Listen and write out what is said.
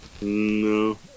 No